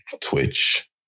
Twitch